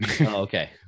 Okay